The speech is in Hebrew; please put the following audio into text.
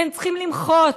הם צריכים למחות,